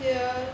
ya